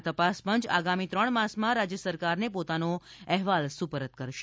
આ તપાસ પંચ આગામી ત્રણ માસમાં રાજ્ય સરકારને પોતાનો અહેવાલ સુપરત કરશે